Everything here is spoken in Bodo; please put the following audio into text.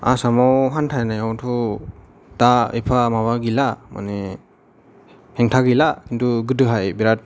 आसामाव हान्थिनायावथ' दा एफा माबा गैला माने हेंथा गैला खिन्थु गोदोहाय बिराद